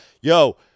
yo